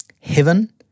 heaven